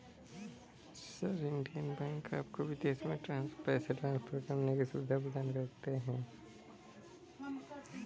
sir, Indian banks आपको विदेशों में पैसे ट्रान्सफर करने की सुविधा प्रदान करते हैं